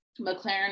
McLaren